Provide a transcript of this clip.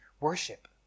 Worship